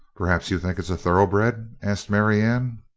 perhaps you think it's a thoroughbred? asked marianne.